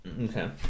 Okay